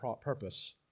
purpose